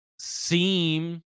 seem